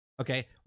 Okay